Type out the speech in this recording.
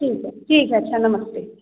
ठीक है ठीक है अच्छा नमस्ते